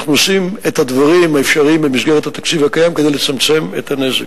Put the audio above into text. אנחנו עושים את הדברים האפשריים במסגרת התקציב הקיים כדי לצמצם את הנזק.